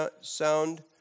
sound